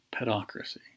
pedocracy